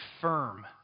firm